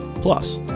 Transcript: Plus